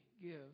give